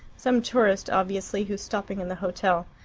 some tourist, obviously, who's stopping in the hotel.